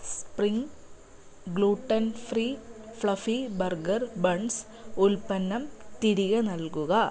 spring gluten free fluffy burger buns ഉൽപ്പന്നം തിരികെ നൽകുക